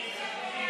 סעיפים 1